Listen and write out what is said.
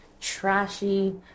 trashy